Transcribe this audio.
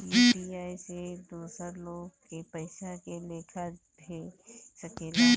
UPI से दोसर लोग के पइसा के लेखा भेज सकेला?